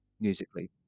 musically